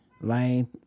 lane